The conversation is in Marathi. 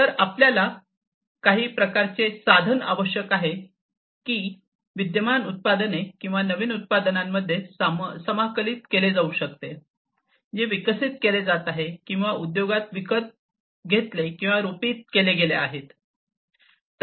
तर आपल्याला काही प्रकारचे साधन आवश्यक आहे जे की विद्यमान उत्पादने किंवा नवीन उत्पादनांमध्ये समाकलित केले जाऊ शकते जे विकसित केले जात आहेत किंवा उद्योगात विकत घेतले किंवा रोपीत केले गेले आहेत